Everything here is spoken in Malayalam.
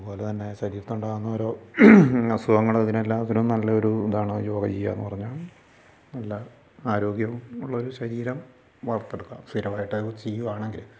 അതു പോലെ തന്നെ ശരീരത്തുണ്ടാകുന്ന അസുഖങ്ങൾ ഇതിനെല്ലാറ്റിനും നല്ലൊരു ഇതാണ് യോഗ ചെയ്യുകയെന്നു പറഞ്ഞാൽ നല്ല ആരോഗ്യമുള്ളൊരു ശരീരം വാർത്തെടുക്കാൻ സ്ഥിരമായിട്ടത് ചെയ്യുകയാണെങ്കിൽ